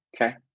Okay